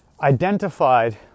identified